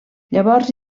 llavors